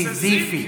סיזיפי.